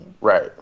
Right